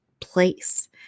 place